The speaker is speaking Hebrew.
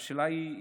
השאלה היא,